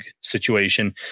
situation